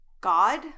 God